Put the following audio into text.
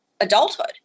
adulthood